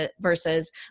versus